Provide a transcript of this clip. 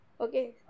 Okay